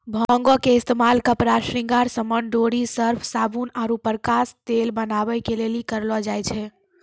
भांगो के इस्तेमाल कपड़ा, श्रृंगार समान, डोरी, सर्फ, साबुन आरु प्रकाश तेल बनाबै के लेली करलो जाय छै